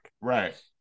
right